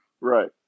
Right